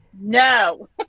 No